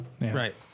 Right